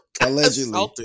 Allegedly